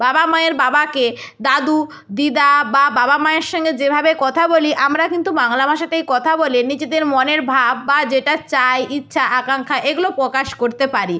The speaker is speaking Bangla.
বাবা মায়ের বাবাকে দাদু দিদা বা বাবা মায়ের সঙ্গে যেভাবে কথা বলি আমরা কিন্তু বাংলা ভাষাতেই কথা বলে নিজেদের মনের ভাব বা যেটা চাই ইচ্ছা আকাঙ্খা এগুলো প্রকাশ করতে পারি